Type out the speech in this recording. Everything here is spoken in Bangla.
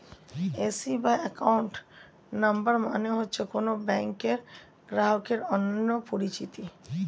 এ.সি বা অ্যাকাউন্ট নাম্বার মানে হচ্ছে কোন ব্যাংকের গ্রাহকের অন্যান্য পরিচিতি